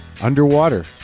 underwater